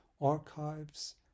archives